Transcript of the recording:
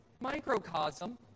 microcosm